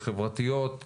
חברתיות,